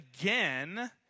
again